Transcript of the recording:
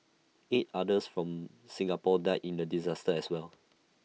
eight others from Singapore died in the disaster as well